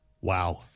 Wow